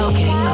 Okay